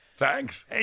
Thanks